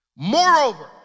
Moreover